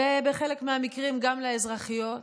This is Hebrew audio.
ובחלק מהמקרים גם לאזרחיות,